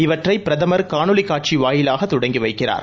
இவற்றை பிரதமர் காணொலிக் காட்சி வாயிலாக தொடங்கி வைக்கிறார்